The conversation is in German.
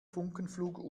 funkenflug